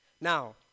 Now